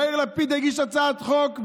יאיר לפיד הגיש הצעת חוק,